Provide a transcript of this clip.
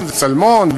זה צלמון,